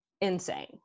insane